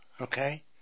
Okay